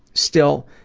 still,